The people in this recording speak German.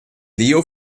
leo